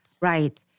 Right